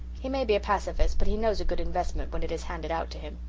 he may be a pacifist, but he knows a good investment when it is handed out to him.